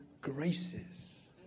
graces